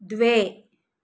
द्वे